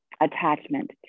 attachment